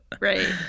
right